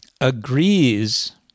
agrees